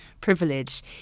privilege